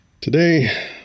today